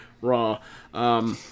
Raw